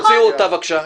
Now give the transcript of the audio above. תוציאו אותה, בבקשה.